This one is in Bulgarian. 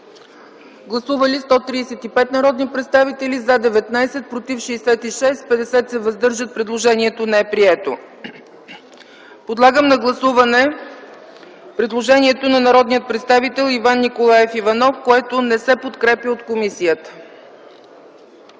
Гласували 135 народни представители: за 19, против 66, въздържали се 50. Предложението не е прието. Подлагам на гласуване предложението на народния представител Иван Николаев Иванов, което не се подкрепя от комисията.